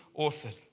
authored